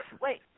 Wait